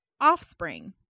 offspring